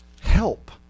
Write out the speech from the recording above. help